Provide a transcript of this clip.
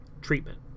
treatment